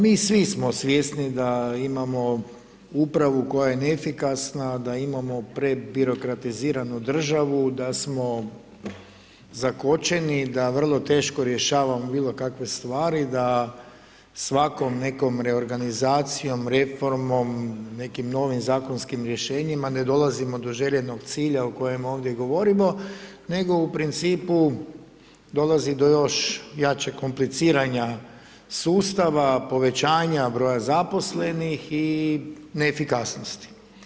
Mi svi smo svjesni da imamo upravu koja je neefikasna, da imamo prebirokratiziranu državu, da smo zakočeni, da vrlo teško rješavamo bilo kakve stvari, da svakom nekom reorganizacijom, reformom, nekim novim zakonskim rješenjima, ne dolazimo do željenog cilja o kojem ovdje govorimo, nego u principu dolazi do još jačeg kompliciranja sustava, povećanja broja zaposlenih i neefikasnosti.